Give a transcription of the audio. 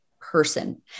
person